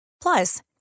Plus